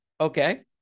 okay